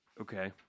Okay